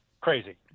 crazy